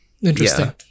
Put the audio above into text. Interesting